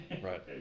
Right